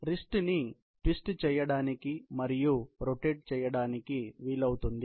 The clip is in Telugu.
రిస్ట్ ని ట్విస్ట్ చేయడానికి మరియు రొటేట్ చేయడానికి వీలవుతుంది